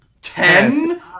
Ten